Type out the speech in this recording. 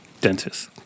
Dentist